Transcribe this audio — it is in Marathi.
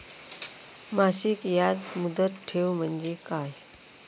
मासिक याज मुदत ठेव म्हणजे काय?